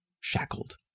shackled